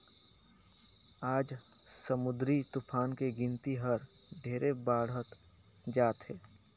आज समुददरी तुफान के गिनती हर ढेरे बाढ़त जात हे